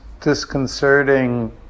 disconcerting